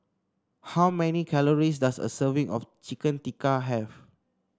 how many calories does a serving of Chicken Tikka have